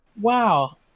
Wow